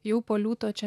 jau po liūto čia